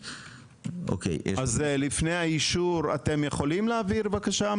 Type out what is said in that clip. אז לפני האישור, אתם יכולים להעביר המלצה?